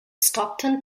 stockton